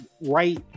right